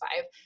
five